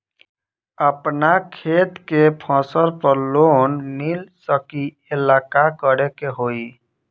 अपना खेत के फसल पर लोन मिल सकीएला का करे के होई?